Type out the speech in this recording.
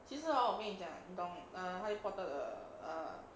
其实 hor 我跟你讲你懂 harry potter 的 err